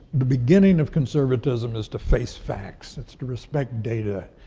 the beginning of conservatism is to face facts. it's to respect data,